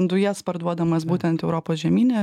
dujas parduodamas būtent europos žemyne